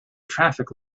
traffic